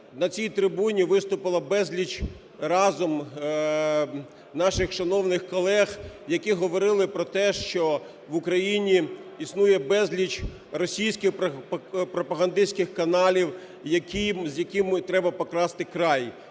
на цій трибуні виступило безліч разом наших шановних колег, які говорили про те, що в Україні існує безліч російських пропагандистських каналів, з якими треба покласти край.